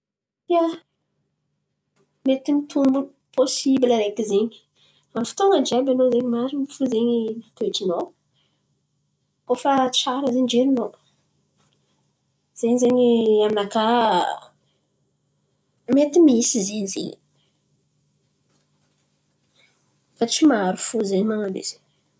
Ia, mety mitobon̈o pôsibla araiky zen̈y. Amy fotoan̈a jiàby anao zen̈y marin̈y fo zen̈y toetrinao koa fa tsara zen̈y jerinao. Ze zen̈y aminakà mety misy izy iny zen̈y. Fa tsy maro fo zen̈y man̈ano izy.